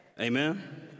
Amen